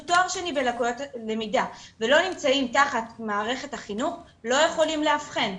תואר שני בלקויות למידה ולא נמצאים תחת מערכת החינוך לא יכולים לאבחן.